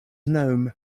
gnome